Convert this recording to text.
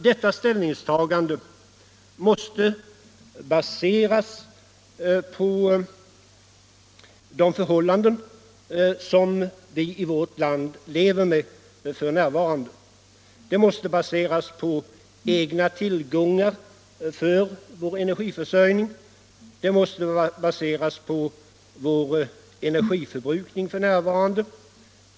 Detta ställningstagande måste baseras på de förhållanden som vi i vårt land lever under f. n. Det måste baseras på egna tillgångar för vår energiförsörjning. Det måste baseras på vår aktuella energiförbrukning.